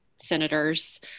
senators